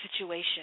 situation